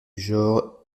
genre